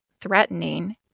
threatening